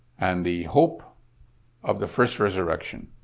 and the hope of the first resurrection.